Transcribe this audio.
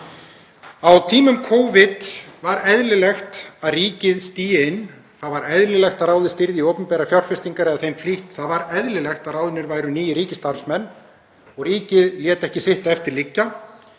Á tímum Covid var eðlilegt að ríkið stigi inn. Það var eðlilegt að ráðist yrði í opinberar fjárfestingar eða þeim flýtt. Það var eðlilegt að ráðnir væru nýir ríkisstarfsmenn og ríkið lét ekki sitt eftir liggja.